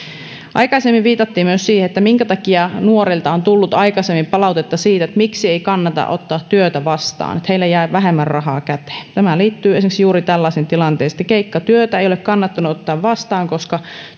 aikaisemmin viitattiin myös siihen minkä takia nuorilta on tullut aikaisemmin palautetta siitä miksi ei kannata ottaa työtä vastaan heille jää vähemmän rahaa käteen tämä liittyy esimerkiksi juuri tällaiseen tilanteeseen että keikkatyötä ei ole kannattanut ottaa vastaan koska